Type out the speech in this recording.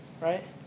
right